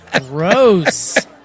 Gross